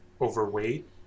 overweight